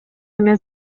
эмес